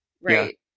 Right